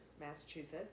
Massachusetts